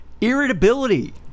irritability